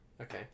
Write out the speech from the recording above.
Okay